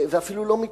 ואפילו לא מתאמצים.